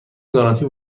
گارانتی